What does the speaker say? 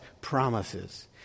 promises